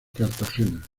cartagena